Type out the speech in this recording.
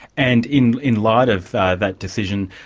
and, in in light of that decision,